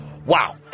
Wow